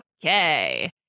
Okay